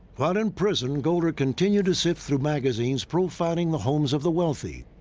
while in prison, golder continued to sift through magazines profiling the homes of the wealthy.